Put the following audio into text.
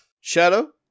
Shadow